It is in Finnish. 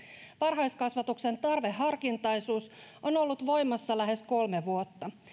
varhaiskasvatuksen tarveharkintaisuus on ollut voimassa lähes kolme vuotta